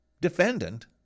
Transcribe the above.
defendant